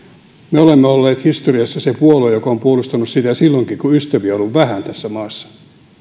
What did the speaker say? me olemme olleet historiassa se puolue joka on puolustanut sitä silloinkin kun ystäviä on ollut vähän tässä maassa